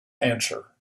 answer